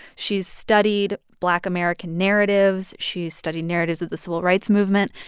she's studied black american narratives. she's studied narratives of the civil rights movement.